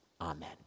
amen